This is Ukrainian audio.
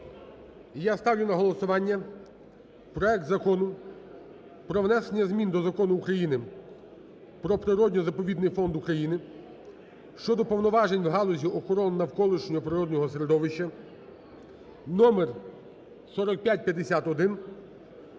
я ставлю на голосування проект Закону про внесення змін до Закону України "Про природно-заповідний фонд України" (щодо повноважень в галузі охорони навколишнього природного середовища) (№4551)